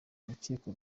urukiko